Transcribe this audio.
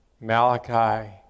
Malachi